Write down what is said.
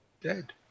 dead